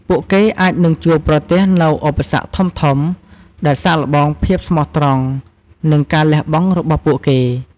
ពួកគេអាចនឹងជួបប្រទះនូវ ឧបសគ្គធំៗ ដែលសាកល្បងភាពស្មោះត្រង់ និងការលះបង់របស់ពួកគេ។